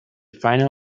final